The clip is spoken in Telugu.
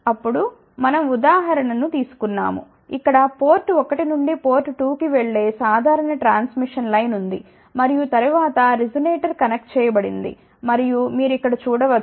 అప్పుడు మనం ఉదాహరణ ను తీసుకున్నాము ఇక్కడ పోర్ట్ 1 నుండి పోర్ట్ 2 కి వెళ్ళే సాధారణ ట్రాన్స్మిషన్ లైన్ ఉంది మరియు తరువాత రిజొనేటర్ కనెక్ట్ చేయబడింది మరియు మీరు ఇక్కడ చూడ వచ్చు